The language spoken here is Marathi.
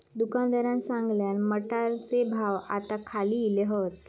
दुकानदारान सांगल्यान, मटारचे भाव आता खाली इले हात